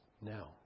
Now